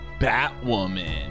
Batwoman